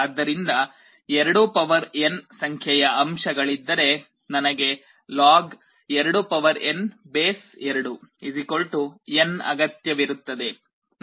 ಆದ್ದರಿಂದ 2n ಸಂಖ್ಯೆಯ ಅಂಶಗಳಿದ್ದರೆ ನನಗೆ log2 2n n ಅಗತ್ಯವಿರುತ್ತದೆ